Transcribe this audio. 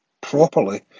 properly